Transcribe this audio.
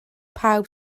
pawb